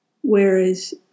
Whereas